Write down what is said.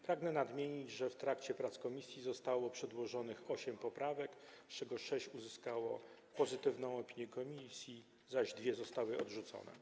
Pragnę nadmienić, że w trakcie prac komisji zostało przedłożonych osiem poprawek, z czego sześć uzyskało pozytywną opinię komisji, zaś dwie zostały odrzucone.